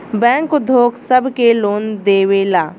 bank उद्योग सब के लोन देवेला